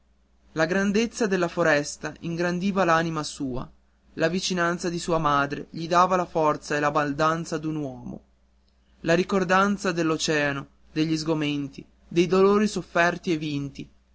la grandezza della foresta ingrandiva l'anima sua la vicinanza di sua madre gli dava la forza e la baldanza d'un uomo la ricordanza dell'oceano degli sgomenti dei dolori sofferti e vinti